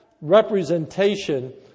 representation